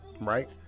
Right